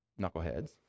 Knuckleheads